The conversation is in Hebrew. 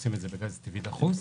שעושים את זה בגז טבעי דחוס,